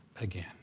again